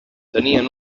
tenien